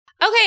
Okay